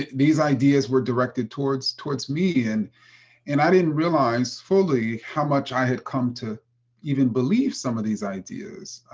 these ideas were directed towards towards me. and and i didn't realize fully how much i had come to even believe some of these ideas,